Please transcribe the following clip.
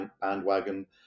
bandwagon